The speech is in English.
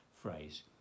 phrase